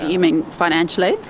yeah mean financially?